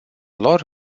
lor